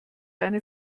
eine